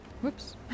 Whoops